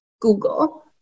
Google